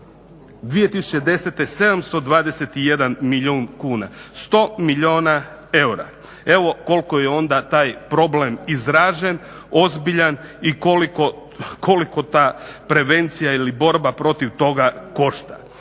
2010. 721 milijun kuna, 100 milijuna eura. Evo koliko je onda taj problem izražen, ozbiljan i koliko ta prevencija ili borba protiv toga košta.